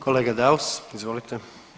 Kolega Daus, izvolite.